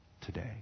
today